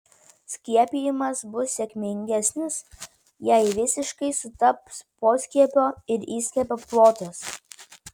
skiepijimas bus sėkmingesnis jei visiškai sutaps poskiepio ir įskiepio plotas